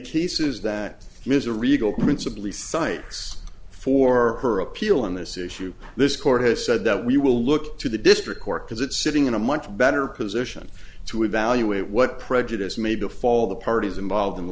cases that ms are regal principly sites for her appeal in this issue this court has said that we will look to the district court because it's sitting in a much better position to evaluate what prejudice may befall the parties involved in the